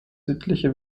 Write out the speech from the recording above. südliche